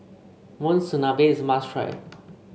Monsunabe is a must try